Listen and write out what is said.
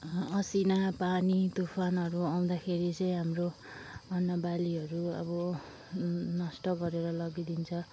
असिना पानी तुफानहरू आउँदाखेरि चाहिँ हाम्रो अन्नबालीहरू अब नष्ट गरेर लगिदिन्छ